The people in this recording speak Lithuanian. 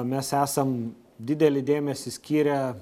mes esam didelį dėmesį skyrę